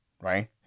right